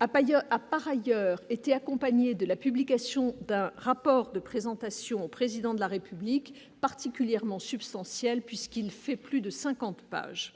a part ailleurs été accompagnée de la publication d'un rapport de présentation au président de la République particulièrement substantiels puisqu'il fait plus de 50 pages